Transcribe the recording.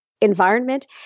environment